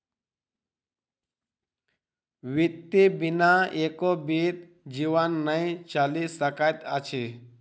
वित्त बिना एको बीत जीवन नै चलि सकैत अछि